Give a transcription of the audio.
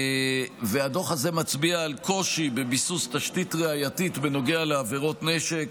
והדוח הזה מצביע על קושי בביסוס תשתית ראייתית בנוגע לעבירות נשק.